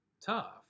tough